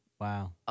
Wow